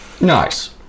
Nice